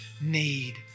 need